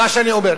למה שאני אומר,